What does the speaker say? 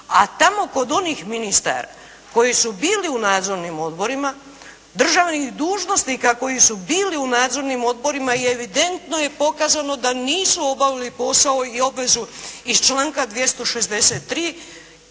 a tamo kod onih ministara koji su bili u nadzornim odborima, državnih dužnosnika koji su bili u nadzornim odborima je evidentno pokazano da nisu obavili posao i obvezu iz članka 263.